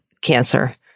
cancer